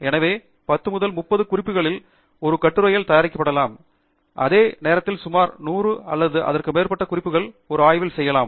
எனவே 10 முதல் 30 குறிப்புகளில் ஒரு கட்டுரையில் தயாரிக்கப்படலாம் அதே நேரத்தில் சுமார் 100 அல்லது அதற்கு மேற்பட்ட குறிப்புகளை ஒரு ஆய்வில் செய்யலாம்